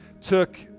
took